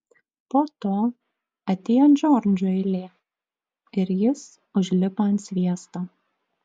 po to atėjo džordžo eilė ir jis užlipo ant sviesto